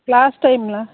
class டைம்மில